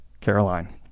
caroline